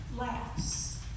laughs